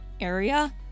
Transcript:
area